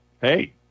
hey